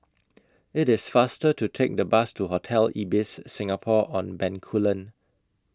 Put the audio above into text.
IT IS faster to Take The Bus to Hotel Ibis Singapore on Bencoolen